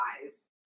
size